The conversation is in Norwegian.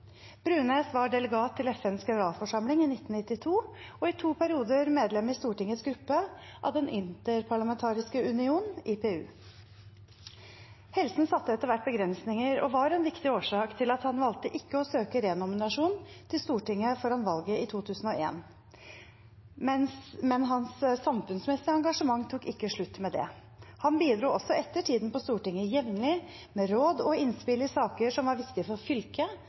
var delegat til FNs generalforsamling i 1992 og i to perioder medlem i Stortingets gruppe av Den interparlamentariske union, IPU. Helsen satte etter hvert begrensninger og var en viktig årsak til at han valgte ikke å søke renominasjon til Stortinget foran valget i 2001. Men hans samfunnsmessige engasjement tok ikke slutt med det. Han bidro også etter tiden på Stortinget jevnlig med råd og innspill i saker som var viktige for fylket